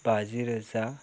बाजि रोजा